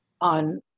on